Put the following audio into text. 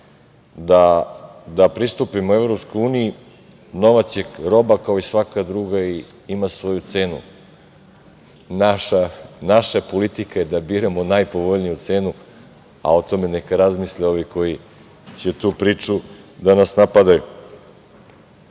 da pristupimo EU.Novac je roba kao i svaka druga i ima svoju cenu. Naša politika je da biramo najpovoljniju cenu, a o tome neka razmisle ovi koji će tom pričom da nas napadaju.Zašto